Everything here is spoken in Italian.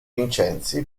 vincenzi